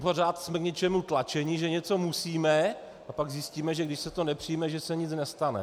Pořád jsme k něčemu tlačeni, že něco musíme, a pak zjistíme, že když se to nepřijme, že se nic nestane.